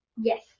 Yes